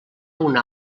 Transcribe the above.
una